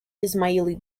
ismaili